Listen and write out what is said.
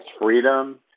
freedom